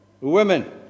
Women